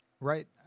Right